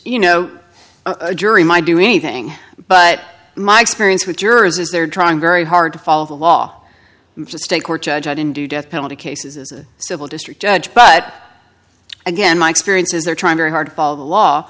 you know a jury might do anything but my experience with jurors is they're trying very hard to follow the law in the state court judge i didn't do death penalty cases as a civil district judge but again my experience is they're trying very hard to follow the law